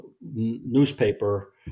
newspaper